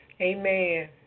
Amen